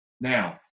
Now